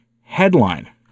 Headline